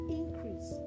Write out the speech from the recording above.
increase